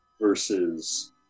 versus